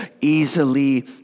Easily